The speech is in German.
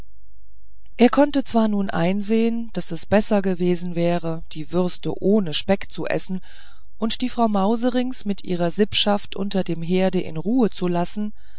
er konnte zwar nun einsehen daß es besser gewesen wäre die würste ohne speck zu essen und die frau mauserinks mit ihrer sippschaft unter dem herde in ruhe zu lassen